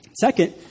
Second